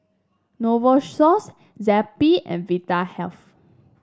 Novosource Zappy and Vitahealth